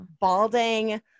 balding